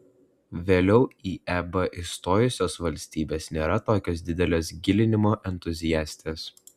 vėliau į eb įstojusios valstybės nėra tokios didelės gilinimo entuziastės